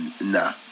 Nah